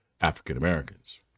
African-Americans